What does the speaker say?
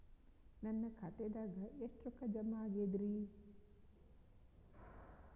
ನನ್ನ ಖಾತೆದಾಗ ಎಷ್ಟ ರೊಕ್ಕಾ ಜಮಾ ಆಗೇದ್ರಿ?